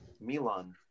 Milan